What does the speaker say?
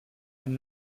and